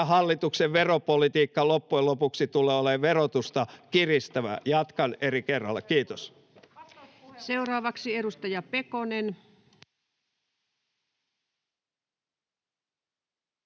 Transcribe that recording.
hallituksen veropolitiikka loppujen lopuksi tulee olemaan verotusta kiristävää. Jatkan eri kerralla. — Kiitos. [Aki Lindén: Tähän